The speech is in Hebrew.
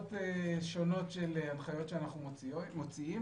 רמות שונות של הנחיות שאנחנו מוציאים.